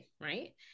right